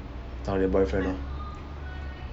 找你的 boyfriend lor